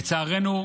לצערנו,